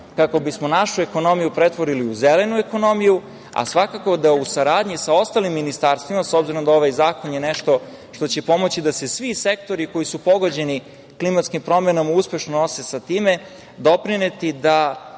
kako bismo našu ekonomiju pretvorili u zelenu ekonomiju. A, svakako da u saradnji sa ostalim ministarstvima, s obzirom da je ovaj zakon nešto što će pomoći da se svi sektori koji su pogođeni klimatskim promenama uspešno nose sa time, doprineti da